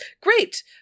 Great